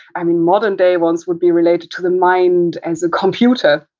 i mean, modern day ones would be related to the mind as a computer.